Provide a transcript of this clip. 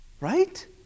right